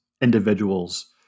individuals